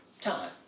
Time